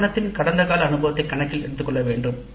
நிறுவனத்தின் கடந்தகால அனுபவம் கணக்கில் எடுத்துக்கொள்ள வேண்டும்